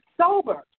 sober